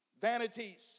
Vanities